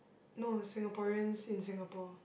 no Singaporeans in Singapore